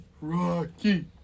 Rocky